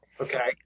Okay